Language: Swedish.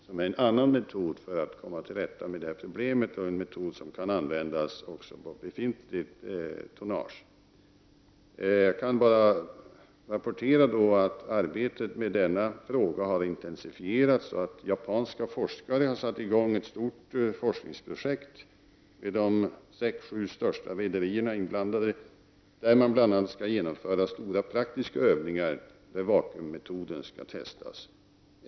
Det är en annan metod att komma till rätta med det här problemet. Det är också en metod som kan tillämpas beträffande befintligt tonnage. Arbetet med denna fråga har intensifierats. Japanska forskare har satt i gång ett stort forskningsprojekt med de sex sju största rederierna inblandade. Man skall exempelvis genomföra stora praktiska övningar och testa vakuummetoden.